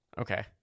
okay